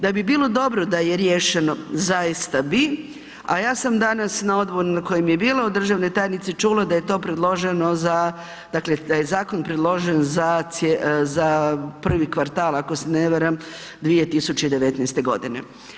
Da bi bilo dobro da je riješeno zaista bi a ja sam danas na odboru na kojem je bila od državne tajnice čula da je to predloženo za, dakle da je zakon predložen za prvi kvartal ako se ne varam 2019. godine.